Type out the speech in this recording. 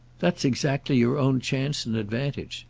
that's exactly your own chance and advantage.